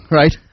right